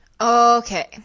Okay